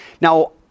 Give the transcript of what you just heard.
Now